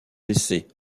blessés